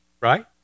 Right